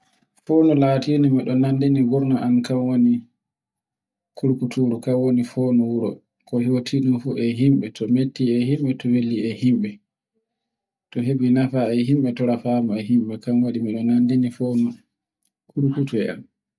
Noi watta ko tawe, to a wari subtugo tagaɗo footo fu ka woni moɗo, moɗo man a subti mo fa a woɗi, aran fu tawe mo o daran mo laaɓuɗo to nyiure wala, tawe mo darani mo ko darake fa a woɗi ɓawo mann bo to o daaran maɓɓirgel gel tawe o maɓɓoɗo gite mako to laati tawi mo oɗo oonyi daade maako darake den o maggina hoso foto mako